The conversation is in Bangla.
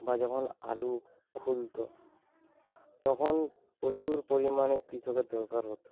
বা যখন আলু খুলতো তখন প্রচুর পরিমাণে কৃষকের দরকার হত